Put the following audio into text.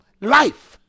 life